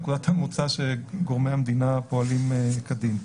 נקודת המוצא היא שגורמי המדינה פועלים כדין.